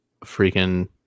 freaking